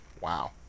Wow